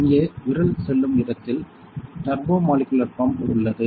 இங்கே விரல் செல்லும் இடத்தில் டர்போமாலிகுலர் பம்ப் உள்ளது